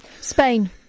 Spain